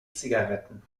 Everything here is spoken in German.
zigaretten